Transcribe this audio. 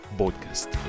podcast